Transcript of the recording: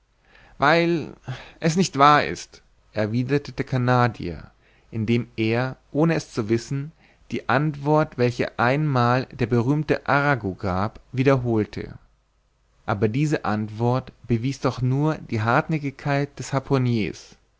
weil es nicht wahr ist erwiderte der canadier indem er ohne es zu wissen die antwort welche einmal der berühmte arago gab wiederholte aber diese antwort bewies doch nur die hartnäckigkeit des